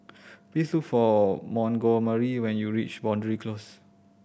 please look for Montgomery when you reach Boundary Close